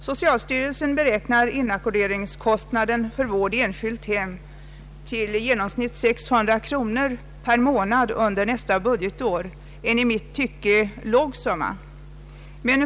Socialstyrelsen beräknar inackorderingskostnaden för vård i enskilt hem till i genomsnitt 600 kronor per månad under nästa budgetår, en i mitt tycke låg summa.